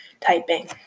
Typing